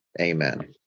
Amen